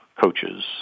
coaches